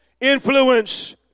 influence